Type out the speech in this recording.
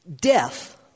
Death